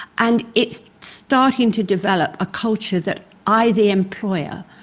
and it's starting to develop a culture that i, the employer,